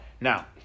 Now